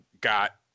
got